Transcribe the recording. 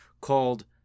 called